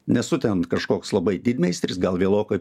nesu ten kažkoks labai didmeistris gal vėlokai